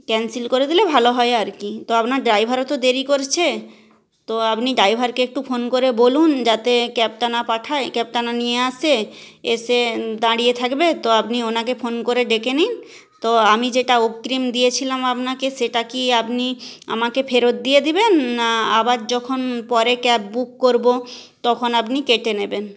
cancel করে দিলে ভালো হয় আর কী তো আপনার ড্রাইভারও তো দেরি করছে তো আপনি ড্রাইভারকে একটু ফোন করে বলুন যাতে ক্যাবটা না পাঠায় ক্যাবটা না নিয়ে আসে এসে দাঁড়িয়ে থাকবে তো আপনি ওনাকে ফোন করে ডেকে নিন তো আমি যেটা অগ্রিম দিয়েছিলাম আপনাকে সেটা কি আপনি আমাকে ফেরত দিয়ে দিবেন না আবার যখন পরে ক্যাব বুক করবো তখন আপনি কেটে নেবেন